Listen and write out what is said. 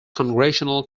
congressional